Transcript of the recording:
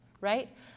Right